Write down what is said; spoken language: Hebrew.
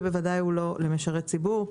ובוודאי לא למשרת ציבור,